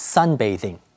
Sunbathing